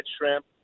shrimp